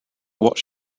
what